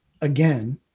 again